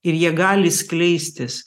ir jie gali skleistis